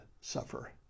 suffer